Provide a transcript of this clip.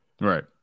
right